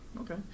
Okay